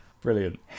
brilliant